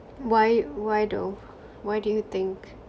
why why though why do you think